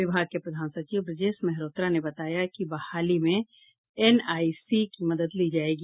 विभाग के प्रधान सचिव ब्रजेश मेहरोत्रा ने बताया कि बहाली में एनआईसी की मदद ली जायेगी